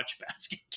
basket